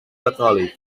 catòlic